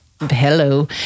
hello